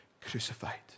crucified